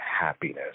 happiness